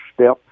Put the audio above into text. step